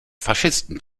faschisten